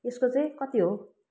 यसको चाहिँ कति हो